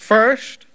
First